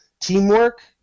Teamwork